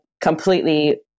completely